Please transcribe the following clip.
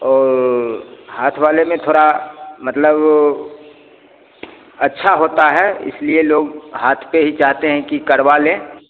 और हाथ वाले में थोड़ा मतलब अच्छा होता है इसलिए लोग हाथ पर ही चाहते हैं कि करवा लें